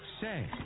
Say